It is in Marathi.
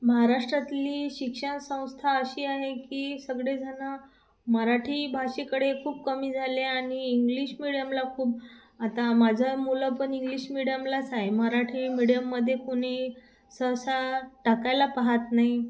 महाराष्ट्रातली शिक्षण संस्था अशी आहे की सगळेजणं मराठी भाषेकडे खूप कमी झाले आणि इंग्लिश मिडियमला खूप आता माझं मुलं पण इंग्लिश मिडियमलाच आहे मराठी मिडियममध्ये कोणी सहसा टाकायला पाहात नाही